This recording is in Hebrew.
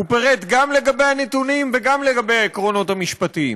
הוא פירט גם לגבי הנתונים וגם לגבי העקרונות המשפטיים.